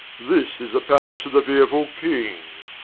this is the pallace of the fearefull king,